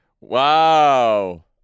Wow